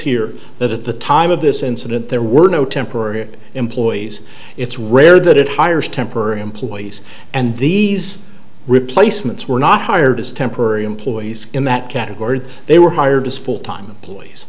here that at the time of this incident there were no temporary employees it's rare that it hires temporary employees and these replacements were not hired as temporary employees in that category they were hired as full time employees